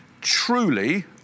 truly